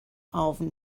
ofn